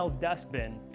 dustbin